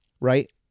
right